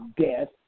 death